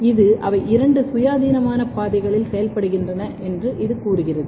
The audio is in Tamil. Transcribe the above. இது அவை இரண்டு சுயாதீனமான பாதைகளில் செயல்படுகிறார்கள் என்று இது கூறுகிறது